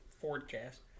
forecast